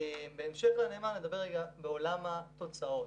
בהמשך לנאמר, בעולם התוצאות,